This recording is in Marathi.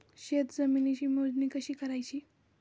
शेत जमिनीची मोजणी कशी करायची?